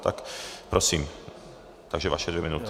Tak prosím, takže vaše dvě minuty.